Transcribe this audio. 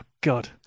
god